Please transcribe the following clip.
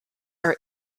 are